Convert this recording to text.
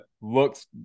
looks